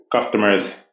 customers